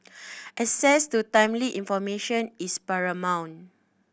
access to timely information is paramount